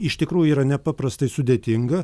iš tikrųjų yra nepaprastai sudėtinga